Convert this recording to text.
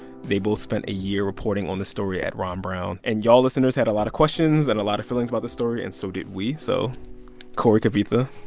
they both spent a year reporting on this story at ron brown. and y'all listeners had a lot of questions and a lot of feelings about this story, and so did we so cory, kavitha,